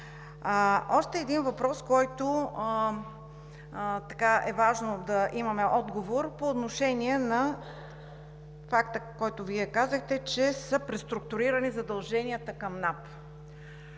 Още един въпрос, на който е важно да имаме отговор – по отношение на факта, който Вие казахте, че са преструктурирани задълженията към НАП.